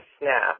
snap